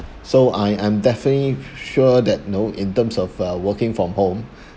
so I I'm definitely sure that you know in terms of uh working from home